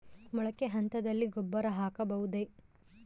ಮೊಳಕೆ ಹಂತದಲ್ಲಿ ಗೊಬ್ಬರ ಹಾಕಬಹುದೇ?